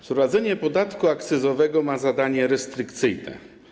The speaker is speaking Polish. Wprowadzenie podatku akcyzowego ma zadanie restrykcyjne.